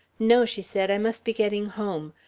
no, she said, i must be getting home.